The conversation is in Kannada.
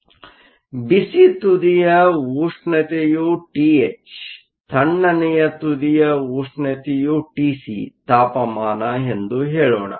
ಆದ್ದರಿಂದ ಬಿಸಿ ತುದಿಯ ಉಷ್ಣತೆಯು ಟಿಹೆಚ್ ತಣ್ಣನೆಯ ತುದಿಯ ಉಷ್ಣತೆಯು ಟಿಸಿ ತಾಪಮಾನ ಎಂದು ಹೇಳೋಣ